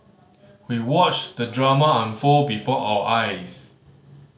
we watched the drama unfold before our eyes